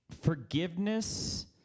forgiveness